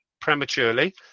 prematurely